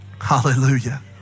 Hallelujah